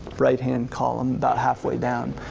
right hand column about halfway down,